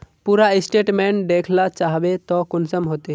पूरा स्टेटमेंट देखला चाहबे तो कुंसम होते?